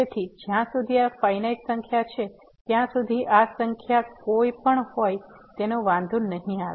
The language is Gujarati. તેથી જ્યાં સુધી આ ફાઈનાઈટ સંખ્યા છે ત્યાં સુધી આ સંખ્યા કોઈ પણ હોય તેનો વાંધો નહીં આવે